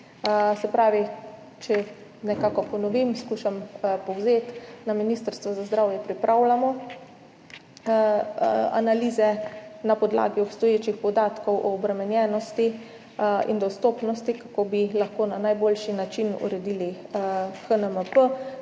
odločitve. Če nekako ponovim, skušam povzeti. Na Ministrstvu za zdravje pripravljamo analize na podlagi obstoječih podatkov o obremenjenosti in dostopnosti, kako bi lahko na najboljši način uredili HNMP,